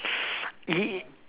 he